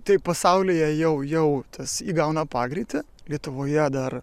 taip pasaulyje jau jau tas įgauna pagreitį lietuvoje dar